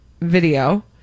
video